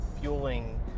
fueling